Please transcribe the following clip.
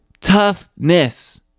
Toughness